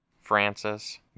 Francis